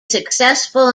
successful